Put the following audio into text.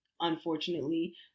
unfortunately